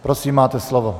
Prosím, máte slovo.